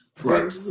Right